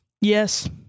yes